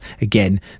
Again